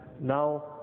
now